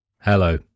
Hello